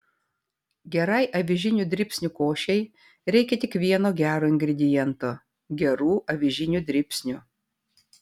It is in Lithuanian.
gerai avižinių dribsnių košei reikia tik vieno gero ingrediento gerų avižinių dribsnių